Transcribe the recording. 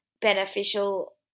beneficial